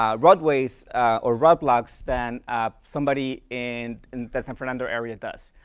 um roadways or road blocks than ah somebody in in the san fernando area does.